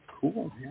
cool